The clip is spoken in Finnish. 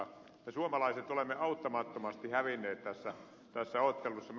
me suomalaiset olemme auttamattomasti hävinneet tässä ottelussa